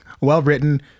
well-written